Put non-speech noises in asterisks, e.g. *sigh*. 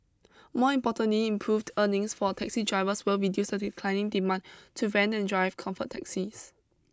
more importantly improved earnings for taxi drivers will be *unintelligible* declining demand to rent and drive Comfort taxis